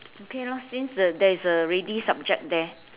okay lah since the there is the ready subject there